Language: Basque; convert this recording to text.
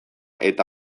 eta